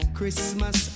Christmas